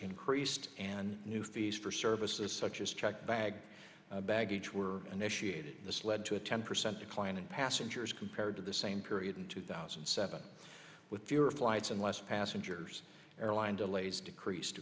increased and new fees for services such as checked bag baggage were initiated this led to a ten percent decline in passengers compared to the same period in two thousand and seven with your flights unless passengers airline delays decreased